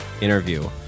interview